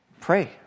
Pray